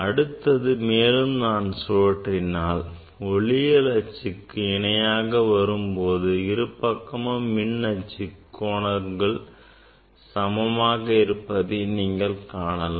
அடுத்து மேலும் நான் சுழற்றினால் ஒளியியல் அச்சுக்கு இணையாக வரும்போது இருபக்கமும் மின் அச்சின் கோணங்கள் சமமாக இருப்பதை நீங்கள் காணலாம்